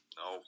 no